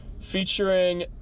featuring